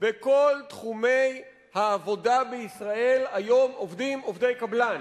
בכל תחומי העבודה בישראל היום עובדים עובדי קבלן.